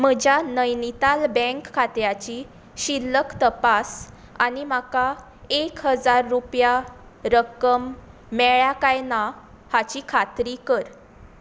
म्हज्या नैनिताल बँक खात्याची शिल्लक तपास आनी म्हाका एक हजार रुपया रक्कम मेळ्ळ्या कांय ना हाची खात्री कर